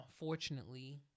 unfortunately